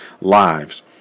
lives